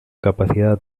capacidad